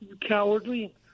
cowardly